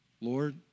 Lord